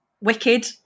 Wicked